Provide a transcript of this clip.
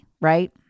right